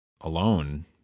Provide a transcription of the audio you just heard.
alone